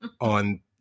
on